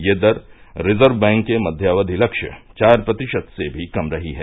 ये दर reserve bank के मध्यावधि लस्य चार प्रतिशत से भी कम रही है